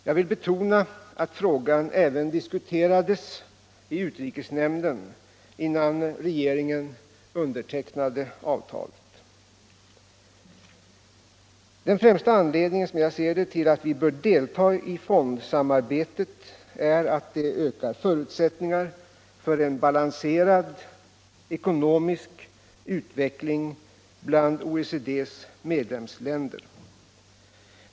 Jag vill betona att frågan även diskuterades i utrikesnämnden innan regeringen undertecknade avtalet. Den främsta anledningen, som jag ser det, till att vi bör delta i fondsamarbetet är att det ökar förutsättningarna för en balanserad ekonomisk utveckling bland OECD:s medlemsländer.